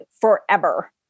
forever